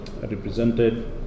represented